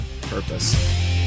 purpose